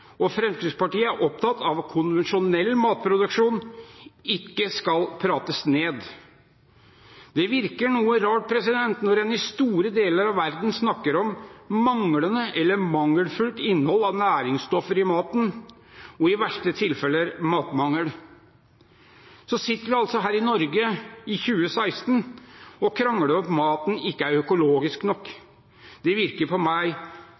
og Fremskrittspartiet er opptatt av at konvensjonell matproduksjon ikke skal prates ned. Det virker noe rart når en i store deler av verden snakker om manglende eller mangelfullt innhold av næringsstoffer i maten og i de verste tilfellene snakker om matmangel, mens vi i Norge i 2016 sitter og krangler om hvorvidt maten er økologisk nok. Det virker på meg